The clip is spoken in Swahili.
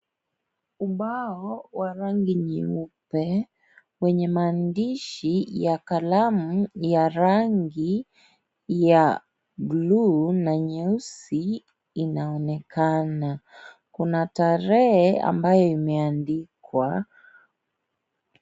Ubao wa rangi nyeupe wenye maandishi ya kalamu ya rangi ya bluu na nyeusi inaonekana kuna tarehe ambayo imeandikwa.